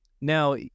Now